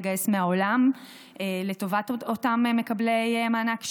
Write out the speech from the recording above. לגייס מהעולם לטובת אותם מקבלי מענק שנתי.